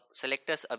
selectors